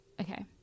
Okay